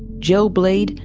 gel bleed,